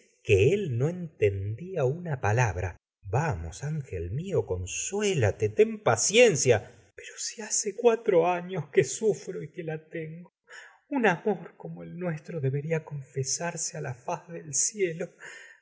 que él no entendía una palabra vamos angel mío consuélate ten paciencia pero si hace cuatro años que sufro y que la tengo un amor como el nuestro debería confesarse á la faz del cielo